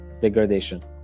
Degradation